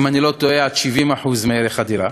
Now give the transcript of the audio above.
אם אני לא טועה, עד 70% מערך הדירה,